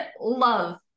love